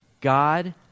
God